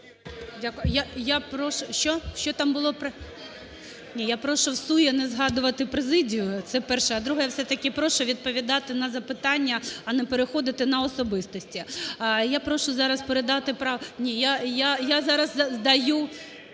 я прошу всує не згадувати президію. Це перше. А друге, я все-таки прошу відповідати на запитання, а не переходити на особистості. Я прошу зараз передати право… Ні, я зараз даю…